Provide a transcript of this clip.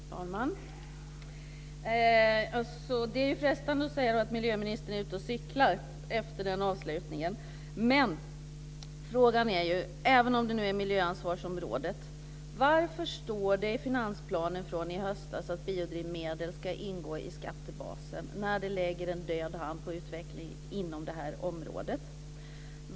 Fru talman! Det är efter den avslutningen frestande att säga att miljöministern är ute och cyklar, men frågan är ju, även om det nu gäller miljöansvarsområdet: Varför står det i finansplanen från i höstas att biodrivmedel ska ingå i skattebasen, när ni lägger en död hand på utvecklingen inom det här området?